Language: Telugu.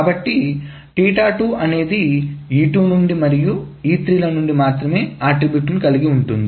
కాబట్టి అనేది E2నుండి మరియు E3 ల నుండి మాత్రమే అట్రిబ్యూట్లను కలిగి ఉంటుంది